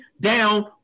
down